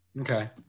Okay